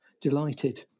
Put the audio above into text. delighted